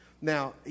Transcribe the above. now